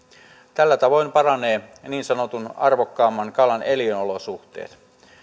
tällä tavoin paranevat niin sanotun arvokkaamman kalan elinolosuhteet